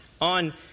on